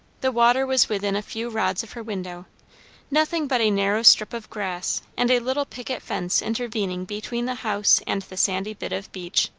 the water was within a few rods of her window nothing but a narrow strip of grass and a little picket fence intervening between the house and the sandy bit of beach.